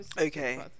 Okay